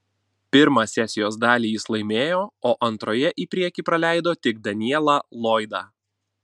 pirmą sesijos dalį jis laimėjo o antroje į priekį praleido tik danielą lloydą